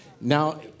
Now